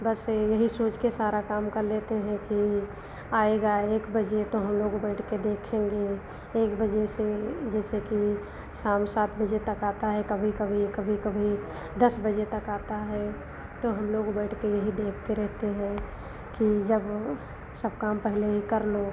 बस यही सोचकर सारा काम कर लेते हैं कि आएगा एक बजे तो हमलोग बैठकर देखेंगे एक बजे से जैसे कि शाम सात बजे तक आता है कभी कभी कभी कभी दस बजे तक आता है तो हमलोग बैठकर यही देखते रहते हैं कि जब सब काम पहले ही कर लो